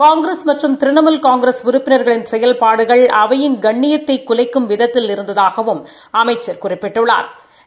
காங்கிரஸ் மற்றம் திரிணமூல் காங்கிரஸ் உறுப்பினர்களின் செயவல்பாடுகள் அவையின் கண்ணியத்தை குலைக்கும் விதத்தில் இருந்ததாகவும் அமைச்சா் குறிப்பிட்டுள்ளாா்